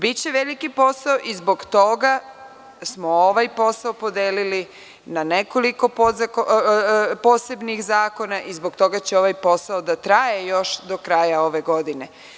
Biće veliki posao i zbog toga smo ovaj posao podelili na nekoliko posebnih zakona i zbog toga će ovaj posao da traje još do kraja ove godine.